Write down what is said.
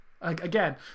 again